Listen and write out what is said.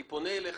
אני פונה אליך.